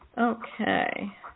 Okay